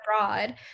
abroad